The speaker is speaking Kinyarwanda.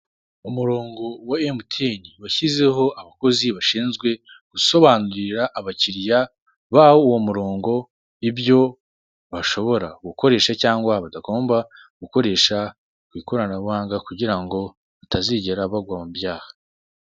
Umuronga wa Mtn washyizeho abakozi bashinzwe gusobanurira abakiriya bawu uwo murongo ibyo bashobora gukoresha cyangwa batagomba gukoresha mu ikoranabuhanga kugira ngo batazigera bagwa mu byaha.